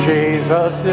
Jesus